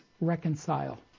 reconcile